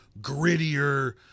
grittier